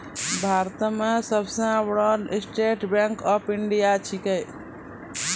भारतो मे सब सं बड़ो bank State Bank of India छिकै